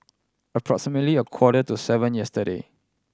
approximately a quarter to seven yesterday